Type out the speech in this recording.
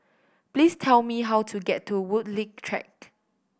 please tell me how to get to Woodleigh Track